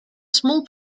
small